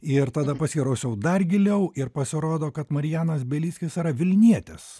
ir tada pasirausiau dar giliau ir pasirodo kad marijanas belickis yra vilnietis